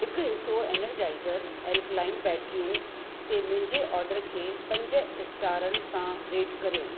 हिकु हिसो energizer alkaline बैटरियूं ते मुंहिंजे ऑडर खे पंज स्टारनि सां रेट कर्यो